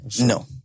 no